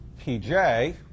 pj